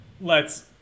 lets